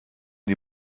die